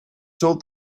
told